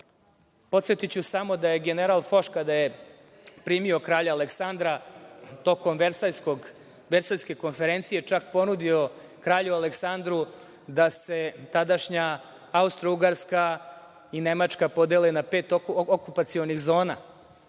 samo da je general Foš kada je primio kralja Aleksandra tokom Versajske konferencije je čak ponudio kralju Aleksandru da se tadašnja Austrougarska i Nemačka podele na pet okupacionih zona